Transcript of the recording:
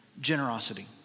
generosity